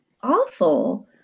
Awful